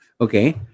Okay